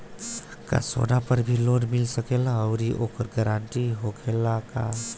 का सोना पर भी लोन मिल सकेला आउरी ओकर गारेंटी होखेला का?